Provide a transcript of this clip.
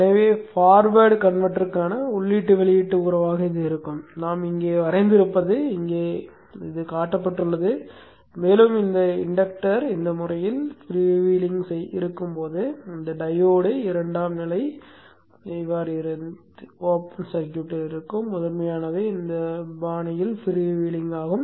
எனவே ஃபார்வர்ட் கன்வெர்ட்டருக்கான உள்ளீட்டு வெளியீட்டு உறவாக இது இருக்கும் நாம் இங்கே வரைந்திருப்பது இங்கே காட்டப்பட்டுள்ளது மேலும் இந்த இண்டக்டர் இந்த முறையில் ஃப்ரீவீலிங்காக இருக்கும்போது இந்த டையோடு இரண்டாம் நிலை திறந்திருக்கும் முதன்மையானது இந்த பாணியில் ஃப்ரீவீலிங் ஆகும்